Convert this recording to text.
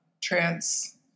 trans